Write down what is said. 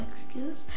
excuse